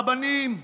רבנים,